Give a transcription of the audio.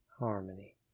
Harmony